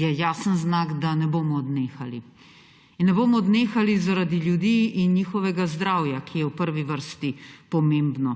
je jasen znak, da ne bomo odnehali in ne bomo odnehali zaradi ljudi in njihovega zdravja, ki je v prvi vrsti pomembno.